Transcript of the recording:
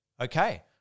Okay